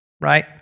right